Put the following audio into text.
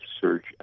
search